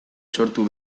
sortu